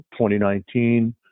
2019